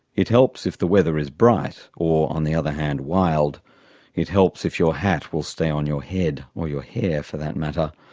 it helps if the weather is bright, or on the other hand wild it helps if your hat will stay on your head, or your hair for that matter.